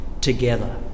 together